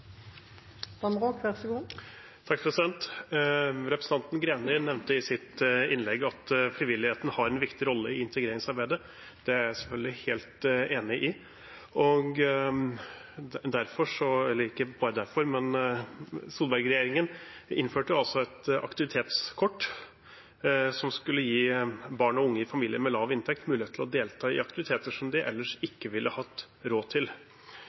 jeg selvfølgelig helt enig i. Derfor – men ikke bare derfor – innførte Solberg-regjeringen et aktivitetskort som skulle gi barn og unge i familier med lav inntekt mulighet til å delta i aktiviteter som de ellers ikke ville hatt råd til.